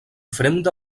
fremda